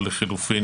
או לחילופין,